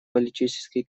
политические